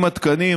עם התקנים,